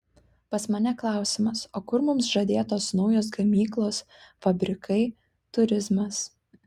pas mane klausimas o kur mums žadėtos naujos gamyklos fabrikai turizmas